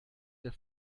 der